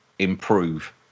improve